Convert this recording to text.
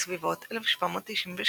בסביבות 1796,